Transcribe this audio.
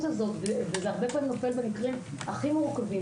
הרבה פעמים זה נופל במקרים הכי מורכבים,